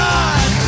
God